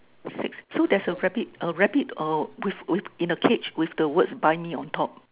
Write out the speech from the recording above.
six so there's a rabbit uh rabbit uh with with in the cage with the words buy me on top